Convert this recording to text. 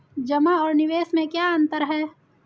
जमा और निवेश में क्या अंतर है?